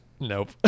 nope